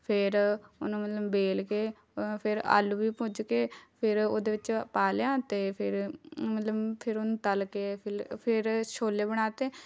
ਫੇਰ ਉਹਨੂੰ ਮਤਲਬ ਵੇਲ ਕੇ ਫਿਰ ਆਲੂ ਵੀ ਭੁੱਜ ਗਏ ਫਿਰ ਉਹਦੇ ਵਿੱਚ ਪਾ ਲਿਆ ਅਤੇ ਫਿਰ ਮਤਲਬ ਫਿਰ ਉਹਨੂੰ ਤਲ ਕੇ ਫਿਲ ਫਿਰ ਛੋਲੇ ਬਣਾ ਤੇ